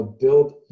build